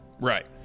Right